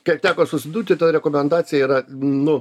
kiek teko susidurti ta rekomendacija yra nu